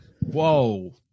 Whoa